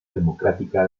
democrática